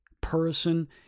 person